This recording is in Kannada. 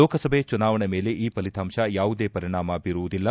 ಲೋಕಸಭೆ ಚುನಾವಣೆ ಮೇಲೆ ಈ ಫಲಿತಾಂಶ ಯಾವುದೇ ಪರಿಣಾಮ ಬೀರುವುದಿಲ್ಲ